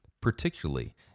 particularly